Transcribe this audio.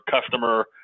customer